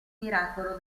miracolo